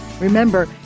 Remember